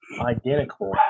identical